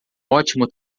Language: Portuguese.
ótimo